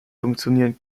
funktionieren